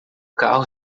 carro